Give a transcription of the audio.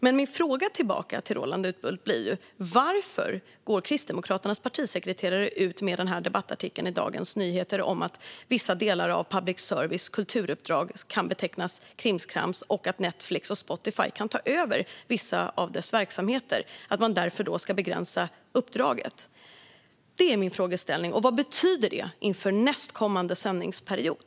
Men min fråga tillbaka till Roland Utbult blir: Varför går Kristdemokraternas partisekreterare ut i en debattartikel i Dagens Nyheter och säger att vissa delar av public services kulturuppdrag kan betecknas som krimskrams och att Netflix och Spotify kan ta över vissa av dess verksamheter, och därför ska man begränsa uppdraget? Det är min frågeställning. Och vad betyder det inför nästkommande sändningsperiod?